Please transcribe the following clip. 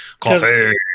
Coffee